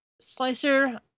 Slicer